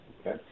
Okay